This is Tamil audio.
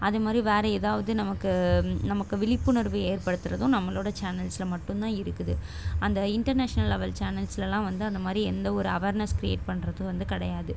அதை மாதிரி வேறு ஏதாவது நமக்கு நமக்கு விழிப்புணர்வு ஏற்படுத்துவதும் நம்மளோடய சேனல்ஸில் மட்டும்தான் இருக்குது அந்த இண்டெர்நேஷ்னல் லெவெல் சேனல்ஸ்லெலாம் வந்து அந்த மாதிரி எந்த ஒரு அவேர்னஸ் க்ரியேட் பண்ணுறது வந்து கிடையாது